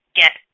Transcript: get